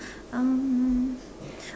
um